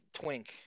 twink